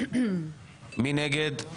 מי נגד?